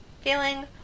feeling